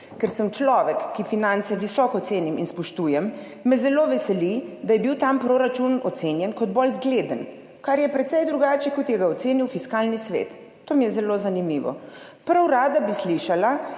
Ker sem človek, ki finance visoko cenim in spoštujem, me zelo veseli, da je bil ta proračun ocenjen kot bolj zgleden, kar je precej drugače, kot ga je ocenil Fiskalni svet. To mi je zelo zanimivo. Prav rada bi slišala,